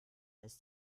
ist